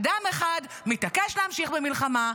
אדם אחד מתעקש להמשיך במלחמה,